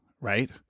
right